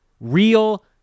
Real